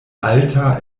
alta